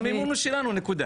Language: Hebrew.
כן, המימון הוא שלנו נקודה.